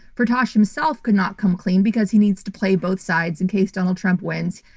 firtash himself could not come clean because he needs to play both sides in case donald trump wins.